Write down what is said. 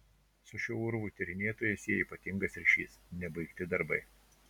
su šiuo urvu tyrinėtoją sieja ypatingas ryšys nebaigti darbai